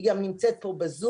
היא גם נמצאת פה בזום.